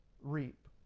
reap